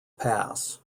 pass